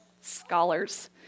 scholars